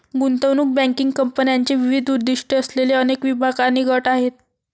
गुंतवणूक बँकिंग कंपन्यांचे विविध उद्दीष्टे असलेले अनेक विभाग आणि गट आहेत